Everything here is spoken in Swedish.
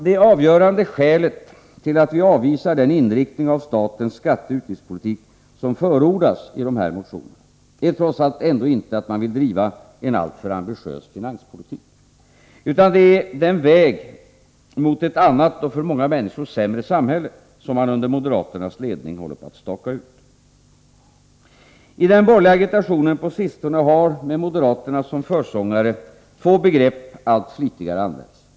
Det avgörande skälet till att vi avvisar den inriktning av statens skatteoch utgiftspolitik, som förordas i de borgerliga motionerna, är trots allt ändå inte att man vill driva en alltför ambitiös finanspolitik, utan det är den väg mot ett annat och för många människor sämre samhälle, som man under moderaternas ledning håller på att staka ut. I den borgerliga agitationen på sistone har, med moderaterna som försångare, två begrepp använts allt flitigare.